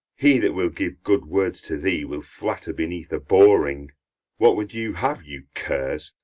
he that will give good words to thee will flatter beneath abhorring what would you have, you curs,